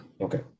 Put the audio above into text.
Okay